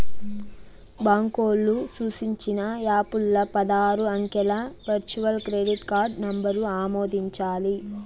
బాంకోల్లు సూచించిన యాపుల్ల పదారు అంకెల వర్చువల్ క్రెడిట్ కార్డు నంబరు ఆమోదించాలి